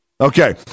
Okay